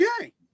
okay